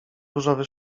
różowy